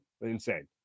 insane